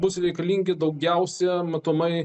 bus reikalingi daugiausia matomai